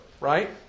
right